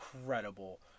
incredible